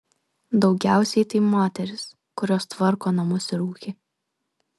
daugiausiai tai moterys kurios tvarko namus ir ūkį